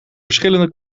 verschillende